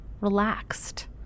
relaxed